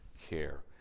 care